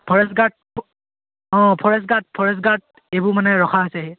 forest guard অঁ forest guard forest guard এইবোৰ মানে ৰখা হৈছেহি